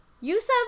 Yusuf